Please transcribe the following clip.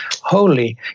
holy